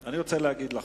אני רוצה להגיד לך,